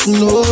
no